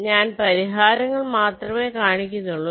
ഞാൻ പരിഹാരങ്ങൾ മാത്രമേ കാണിക്കുന്നുള്ളു